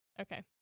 Okay